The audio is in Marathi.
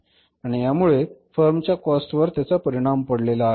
आणि यामुळे फर्म च्या कॉस्ट वर त्याचा परिणाम पडलेला आहे